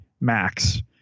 Max